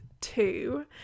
Two